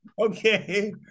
Okay